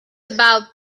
about